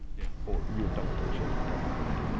yeah. or you and duncan should. my co-founder and i.